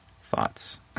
thoughts